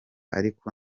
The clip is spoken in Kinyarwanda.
ariko